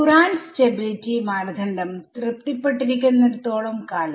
current സ്റ്റബിലിറ്റിമാനദണ്ഡം തൃപ്തിപ്പെട്ടിരിക്കുന്നിടത്തോളം കാലം